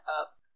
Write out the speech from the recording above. up